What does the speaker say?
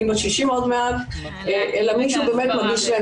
אני בת 60 עוד מעט אלא מישהו באמת מהגיל שלהם.